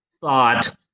thought